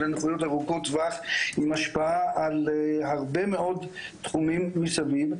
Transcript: אלה נכויות ארוכות טווח עם השפעה על הרבה מאוד תחומים מסביב.